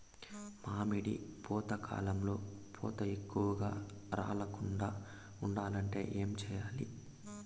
మామిడి పూత కాలంలో పూత ఎక్కువగా రాలకుండా ఉండాలంటే ఏమి చెయ్యాలి?